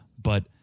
but-